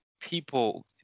people